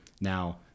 Now